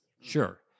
Sure